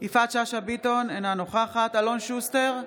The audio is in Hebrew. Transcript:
יפעת שאשא ביטון, אינה נוכחת אלון שוסטר,